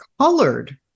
colored